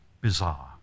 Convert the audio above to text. bizarre